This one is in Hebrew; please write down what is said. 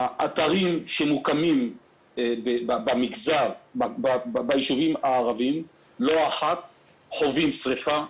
אתרים שמוקמים במגזר ביישובים הערביים לא אחת חווים שרפה,